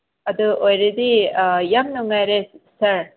ꯑꯗꯨ ꯑꯣꯏꯔꯗꯤ ꯌꯥꯝꯅ ꯅꯨꯡꯉꯥꯏꯔꯦ ꯁꯥꯔ